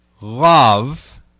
Love